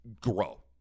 grow